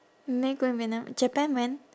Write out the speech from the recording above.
may going vietnam japan when